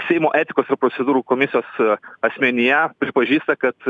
seimo etikos ir procedūrų komisijos asmenyje pripažįsta kad